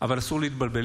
אבל אסור להתבלבל,